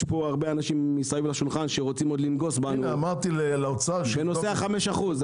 יש פה הרבה אנשים מסביב לשולחן שרוצים לנגוס בנו בנושא של ה-5%.